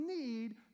need